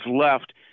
left